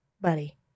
buddy